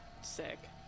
Sick